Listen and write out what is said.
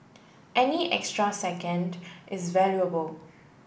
any extra second is valuable